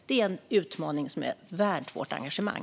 Det är en utmaning som är värd vårt engagemang.